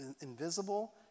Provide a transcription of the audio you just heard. invisible